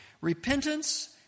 Repentance